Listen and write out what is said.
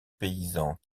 paysans